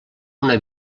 una